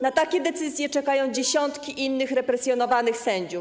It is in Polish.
Na takie decyzje czekają dziesiątki innych represjonowanych sędziów.